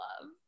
love